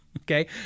Okay